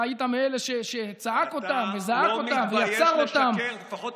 אתה היית מאלה שצעק אותם, וזעק אותם ויצר אותם.